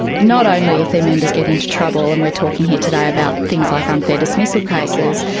not only if their members get into trouble, and we're talking here today about things like unfair dismissal cases,